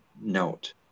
note